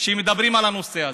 כשמדברים על הנושא הזה.